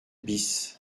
bis